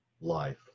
life